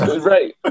Right